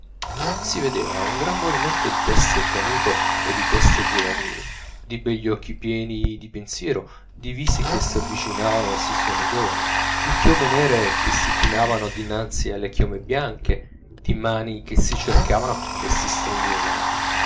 si vedeva un gran movimento di teste canute e di teste giovanili di begli occhi pieni di pensiero di visi che s'avvicinavano e si sorridevano di chiome nere che si chinavano dinanzi alle chiome bianche di mani che si cercavano e si stringevano